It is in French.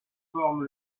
forme